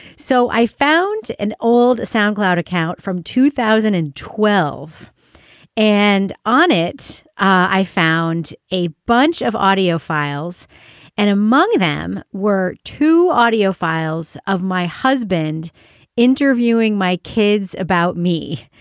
so i found an old soundcloud account from two thousand and twelve and on it i found a bunch of audio files and among them were two audio files of my husband interviewing my kids about me.